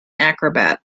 acrobat